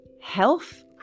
health